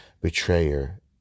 betrayer